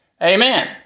Amen